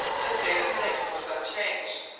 the state of things was unchanged,